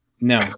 No